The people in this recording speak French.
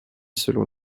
selon